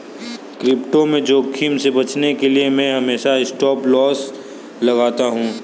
crypto में जोखिम से बचने के लिए मैं हमेशा स्टॉपलॉस लगाता हूं